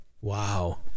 Wow